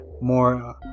more